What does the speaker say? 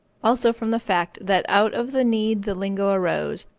also, from the fact that out of the need the lingo arose,